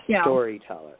storyteller